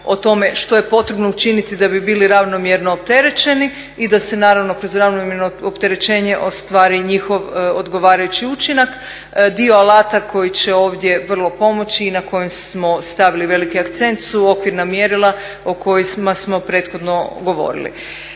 o tome što je potrebno učiniti da bi bili ravnomjerno opterećeni i da se naravno kroz ravnomjerno opterećenje ostvari i njihov odgovarajući učinak. Dio alata koji će ovdje vrlo pomoći i na koji smo stavili veliki akcent su okvirna mjerila o kojima smo prethodno govorili.